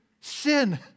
sin